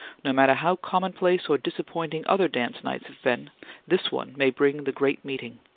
no matter how commonplace or disappointing other dance nights have been this one may bring the great meeting.